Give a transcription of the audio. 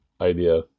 idea